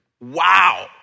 Wow